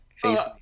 face